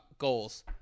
goals